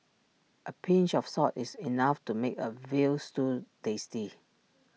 A pinch of salt is enough to make A Veal Stew tasty